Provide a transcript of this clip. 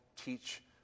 Teach